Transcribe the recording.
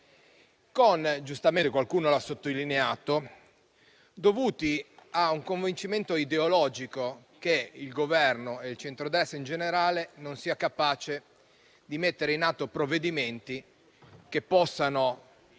Come giustamente qualcuno ha sottolineato, sono dovuti a un convincimento ideologico, cioè che il Governo e il centrodestra in generale non siano capaci di mettere in atto provvedimenti che possano